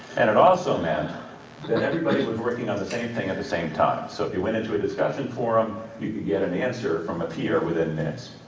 and it also meant that everybody was working on the same thing at the same time. so if you went into a discussion forum, you could get an answer from a teacher within minutes.